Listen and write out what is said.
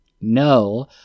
no